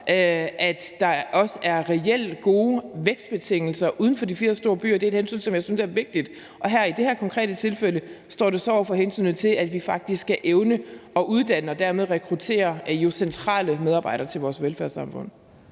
at der også er reelt gode vækstbetingelser uden for de fire store byer. Det er et hensyn, som jeg synes er vigtigt. I det her konkrete tilfælde står det så over for hensynet til, at vi faktisk skal evne at uddanne og dermed jo rekruttere centrale medarbejdere til vores velfærdssamfund.